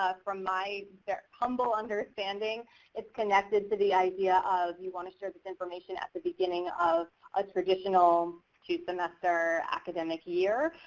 ah from my humble understanding it's connected to the idea of you want to share this information at the beginning of a traditional two-semester academic year,